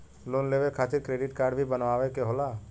Loan लेवे खातिर credit काडे भी बनवावे के होला?